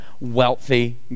wealthy